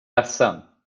ledsen